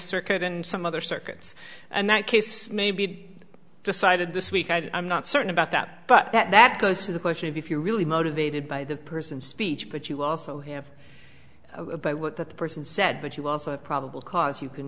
circuit and some other circuits and that case may be decided this week i'm not certain about that but that goes to the question of if you really motivated by the person speech but you also have that the person said but you also have probable cause you can